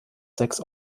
sechs